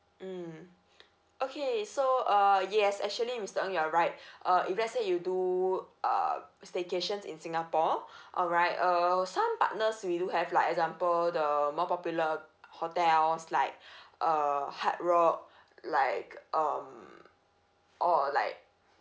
mm okay so uh yes actually mister ng you are right uh if let say you do uh staycations in singapore alright err some partners we do have like example the more popular hotels like err hard rock like um or like